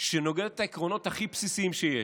שנוגדת את העקרונות הכי בסיסיים שיש: